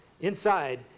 inside